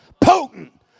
potent